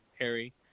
Harry